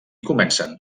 comencen